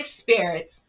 spirits